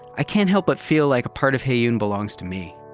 i can't help but feel like a part of heyoon belongs to me.